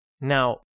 Now